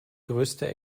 größte